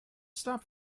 stop